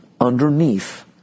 underneath